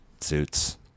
suits